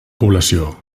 població